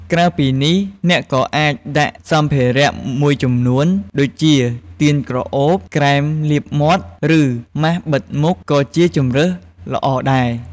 ក្រៅពីនេះ អ្នកក៏អាចដាក់សម្ភារៈមួយចំនួន ដូចជា ទៀនក្រអូប ក្រែមលាបមាត់ ឬ ម៉ាស់បិទមុខក៏ជាជម្រើសល្អដែរ។